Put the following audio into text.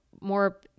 more